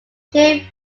shane